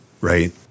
Right